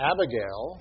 Abigail